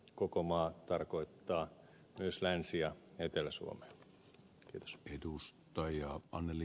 koko maa tarkoittaa myös länsi ja etelä suomea